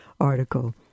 article